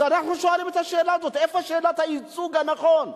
אז אנחנו שואלים את השאלה הזאת: איפה שאלת הייצוג הנכון?